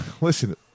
Listen